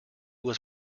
was